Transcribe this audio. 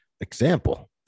example